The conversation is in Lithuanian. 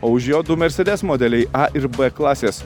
o už jo du mercedes modeliai a ir b klasės